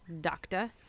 Doctor